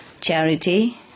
charity